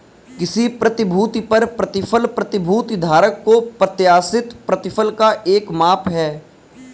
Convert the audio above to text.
किसी प्रतिभूति पर प्रतिफल प्रतिभूति धारक को प्रत्याशित प्रतिफल का एक माप है